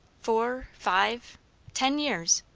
four, five ten years.